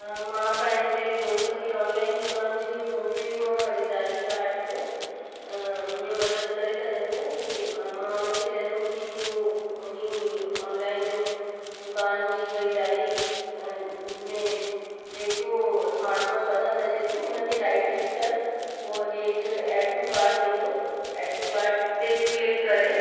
हा मां पंहिंजे दोस्तु खे ऑनलाइन दुकान जी होमपेज मां ख़रीदारी कार्ट में ईअं मदद करे सघंदी आहे की मां उनखे चईंदमि की तू उन ऑनलाइन दुकान जी ख़रीदारी में जेको स्मार्ट वॉच पसंद अचे थी हुनखे राइट क्लिक कर पोइ हेठि एड टू कार्ट ईंदो एड टू कार्ट ते क्लिक करे